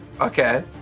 Okay